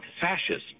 fascist